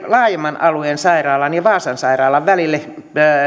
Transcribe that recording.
laajemman alueen sairaalan ja vaasan sairaalan välille